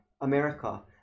america